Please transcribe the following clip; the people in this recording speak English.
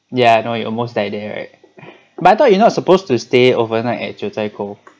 ya I know you almost died there right but I thought you not supposed to stay overnight at jiu zhai gou